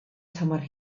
tymor